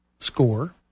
SCORE